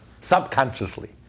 Subconsciously